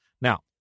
Now